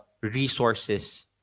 resources